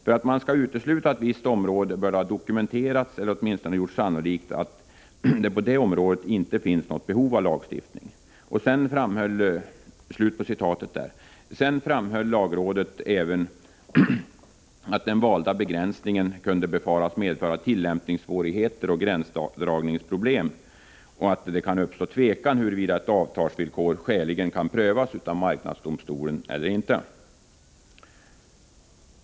För att man skall utesluta ett visst område bör det ha dokumenterats eller åtminstone gjorts sannolikt att på det området inte finns något behov av lagstiftning.” Lagrådet framhöll även att den valda begränsningen kan befaras medföra tillämpningssvårigheter och gränsdragningsproblem och att det kan uppstå tvekan huruvida ett avtalsvillkors skälighet kan prövas av marknadsdomstolen eller ej.